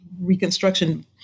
Reconstruction